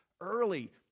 Early